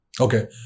Okay